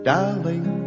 Darling